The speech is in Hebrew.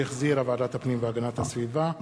שהחזירה ועדת הפנים והגנת הסביבה.